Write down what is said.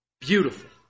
beautiful